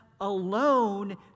alone